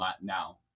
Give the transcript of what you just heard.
now